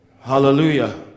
Hallelujah